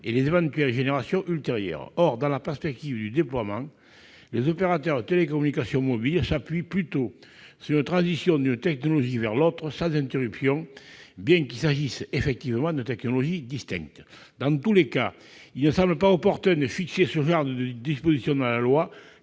et aux éventuelles générations ultérieures. Or, dans la perspective du déploiement, les opérateurs de télécommunications mobiles s'appuient plutôt sur une transition d'une technologie vers l'autre sans interruption, bien qu'il s'agisse effectivement de technologies distinctes. Dans tous les cas, il ne semble pas opportun de fixer ce genre de disposition dans la loi,